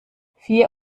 vier